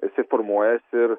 jisai formuojasi ir